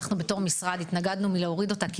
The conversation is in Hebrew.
אנחנו בתור משרד התנגדנו מלהוריד אותה כי